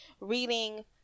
reading